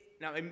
now